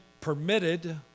permitted